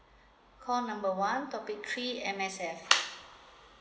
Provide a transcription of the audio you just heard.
call number one topic three M_S_F